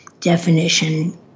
definition